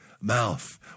Mouth